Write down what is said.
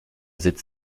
sitz